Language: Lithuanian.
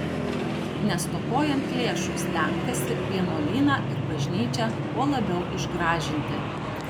nestokojant lėšų stengtasi vienuolyną ir bažnyčią kuo labiau išgražinti